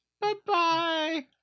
Bye-bye